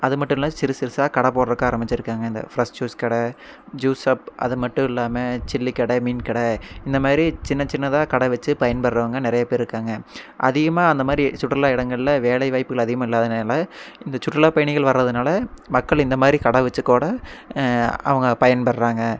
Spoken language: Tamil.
அது மட்டும் இல்லை சிறு சிறுசாக கடை போடுறதுக்கு ஆரமிச்சிருக்காங்க இந்த பிரெஷ் ஜூஸ் கடை ஜூஸ் ஷாப் அத மட்டும் இல்லாமல் சில்லி கடை மீன் கடை இந்த மாதிரி சின்ன சின்னதாக கடை வச்சு பயன்பெறுறவங்க நிறையா பேர் இருக்காங்க அதிகமாக அந்த மாதிரி சுற்றுலா இடங்களில் வேலை வாய்ப்புகள் அதிகமாக இல்லாதனால இந்த சுற்றுலா பயணிகள் வரதுனால மக்கள் இந்த மாதிரி கடை வச்சு கூட அவங்க பயன் பெறுறாங்க